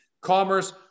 commerce